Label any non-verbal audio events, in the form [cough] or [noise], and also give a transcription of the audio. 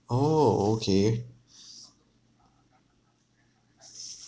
oh okay [breath]